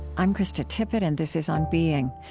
i'm krista tippett and this is on being.